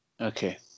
Okay